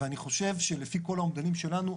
ואני חושב שלפי כל האומדנים שלנו,